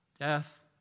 Death